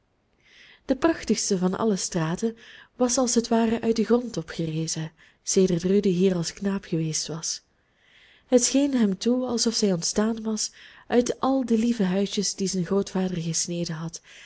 de prachtigste van alle straten was als het ware uit den grond opgerezen sedert rudy hier als knaap geweest was het scheen hem toe alsof zij ontstaan was uit al de lieve huisjes die zijn grootvader gesneden had